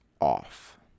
off